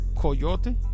Coyote